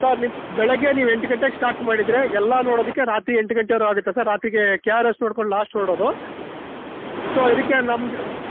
sir ನೀ ಬೆಳಗ್ಗೆ ನೀವು ಎಂಟು ಗಂಟೆಗೆ ಸ್ಟಾರ್ಟ್ ಮಾಡಿದರೆ ಎಲ್ಲ ನೋಡೋದಕ್ಕೆ ರಾತ್ರಿ ಎಂಟು ಗಂಟೆವರೆಗೂ ಆಗುತ್ತೆ ಸರ್ ರಾತ್ರಿಗೆ ಕೆ ಆರ್ ಎಸ್ ನೋಡ್ಕೊಂಡು ಲಾಸ್ಟ್ ಹೊರಡೋದು ಸೊ ಇದಕ್ಕೆ ನಮ್ಮದು